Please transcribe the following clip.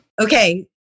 Okay